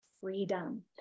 freedom